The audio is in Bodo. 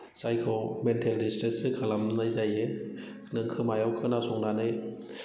जायखौ मेन्टेल डिस्ट्रेस खालामनाय जायो नों खोमायाव खोनासंनानै